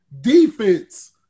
defense